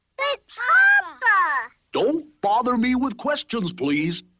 but papa? ah don't bother me with questions please.